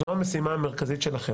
זו המשימה המרכזית שלכם,